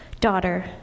Daughter